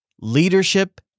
leadership